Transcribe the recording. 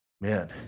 man